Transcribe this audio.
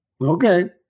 Okay